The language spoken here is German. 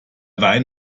wein